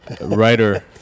writer